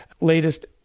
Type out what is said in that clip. latest